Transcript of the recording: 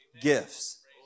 gifts